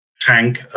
tank